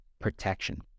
protection